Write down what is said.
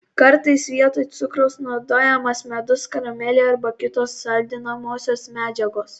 kartais vietoj cukraus naudojamas medus karamelė arba kitos saldinamosios medžiagos